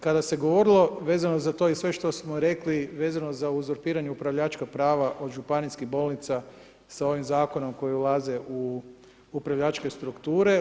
Kada se govorilo vezano za to i sve što smo rekli vezano za uzurpiranje upravljačka prava od županijskih bolnica sa ovim zakonom koji ulaze u upravljačke strukture.